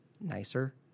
nicer